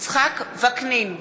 יצחק וקנין,